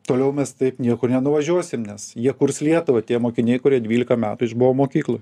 toliau mes taip niekur nenuvažiuosim nes jie kurs lietuvą tie mokiniai kurie dvylika metų išbuvo mokykloje